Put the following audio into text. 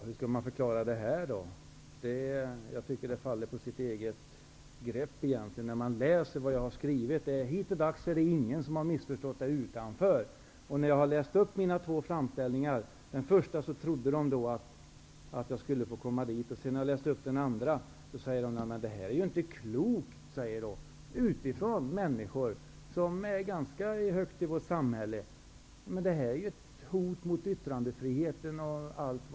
Herr talman! Hur skall man förklara det här då? Det faller på sitt eget grepp, när man läser vad jag har skrivit. Hittills är det ingen utanför riksdagen som har missförstått mig när jag har läst upp mina två framställningar. Man sade att det inte var klokt, att det var ett hot mot yttrandefriheten. Det var människor som är ganska högt uppsatta i vårt samhälle som sade det.